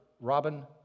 Robin